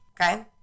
Okay